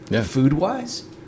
food-wise